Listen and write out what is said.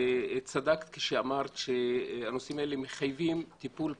צדקת כשאמרת שהנושאים הללו מחייבים טיפול פרטני.